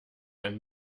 ein